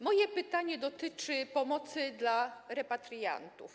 Moje pytanie dotyczy pomocy dla repatriantów.